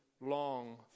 long